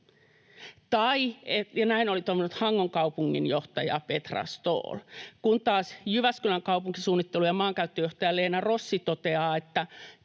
Näin oli todennut Hangon kaupunginjohtaja Petra Ståhl, kun taas Jyväskylän kaupunkisuunnittelu- ja maankäyttöjohtaja Leena Rossi toteaa,